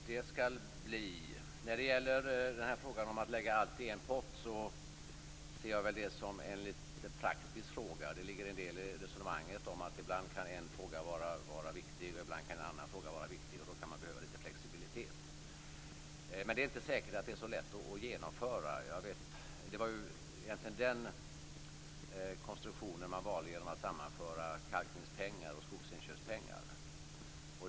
Fru talman! Det skall bli. Att lägga allt i en pott ser jag som en lite praktisk fråga. Det ligger en del i resonemanget att ibland kan en fråga var viktig och ibland en annan och att man då kan behöva lite flexibilitet. Men det är inte säkert att det är så lätt att genomföra. Det var egentligen den konstruktionen man valde genom att sammanföra kalkningspengar och skogsinköpspengar.